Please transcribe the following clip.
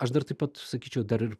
aš dar taip pat sakyčiau dar ir